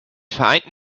vereinten